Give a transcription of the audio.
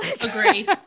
Agree